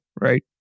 right